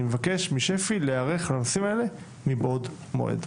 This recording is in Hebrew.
אני מבקש משפ"י להיערך לנושאים האלה מבעוד מועד.